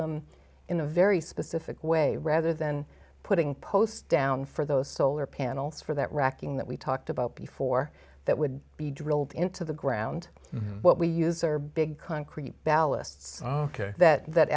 them in a very specific way rather than putting post down for those solar panels for that rocking that we talked about before that would be drilled into the ground what we use are big concrete ballasts ok that